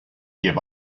give